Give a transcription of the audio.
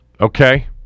Okay